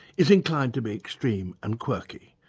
is inclined to be extreme and quirky,